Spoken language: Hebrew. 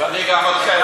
ואני גם אתכם.